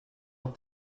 auf